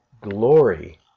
glory